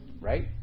Right